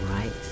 right